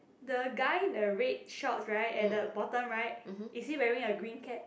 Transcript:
the guy in the red shorts right at the bottom right is he wearing a green cap